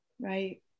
Right